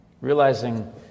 realizing